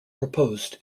proposed